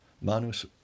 manus